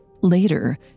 Later